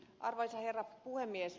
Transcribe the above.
arvoisa herra puhemies